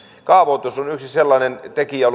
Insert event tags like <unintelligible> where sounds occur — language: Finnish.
kaavoitus on maaseudun kehittämiselle yksi sellainen tekijä <unintelligible>